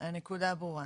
במכרז הקודם,